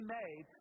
made